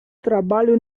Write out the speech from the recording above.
trabalho